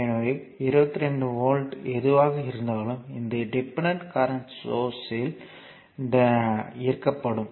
எனவே 22 வோல்ட் எதுவாக இருந்தாலும் இந்த டிபெண்டன்ட் கரண்ட் சோர்ஸ் ல் ஈர்க்கப்படும்